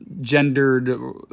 gendered